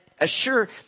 assure